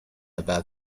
about